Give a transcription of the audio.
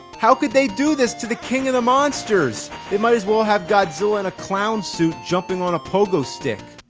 how could they do this to the king of the monsters! they might as well have godzilla in a clown suit jumping on a pogo stick!